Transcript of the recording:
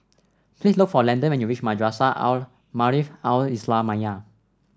please look for Landon when you reach Madrasah Al Maarif Al Islamiah